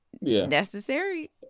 necessary